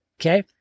Okay